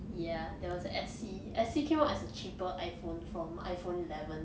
ya there was a S_E came out as a cheaper iphone from iphone eleven